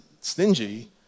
stingy